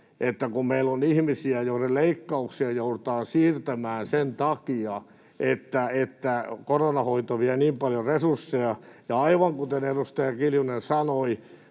että meillä on ihmisiä, joiden leikkauksia joudutaan siirtämään sen takia, että koronan hoito vie niin paljon resursseja. Ja aivan kuten edustaja Kiljunen sanoi,